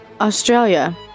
Australia